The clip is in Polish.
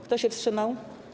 Kto się wstrzymał?